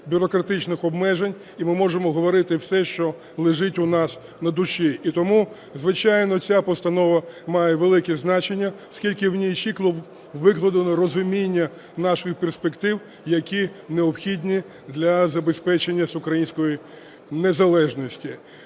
бюрократичних обмежень, і ми можемо говорити все, що лежить у нас на душі. І тому, звичайно, ця постанова має велике значення, оскільки в ній чітко викладено розуміння наших перспектив, які необхідні для забезпечення української незалежності.